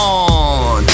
on